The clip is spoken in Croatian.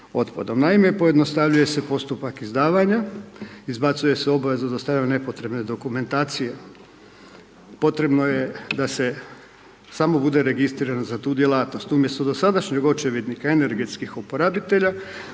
Naime, pojednostavljuje se postupak izdavanja, izbacuje se obveza za dostavljanje nepotrebne dokumentacije. Potrebno je da se samo bude registrirano za tu djelatnost. Umjesto dosadašnjeg Očevidnika energetskih uporabitelja,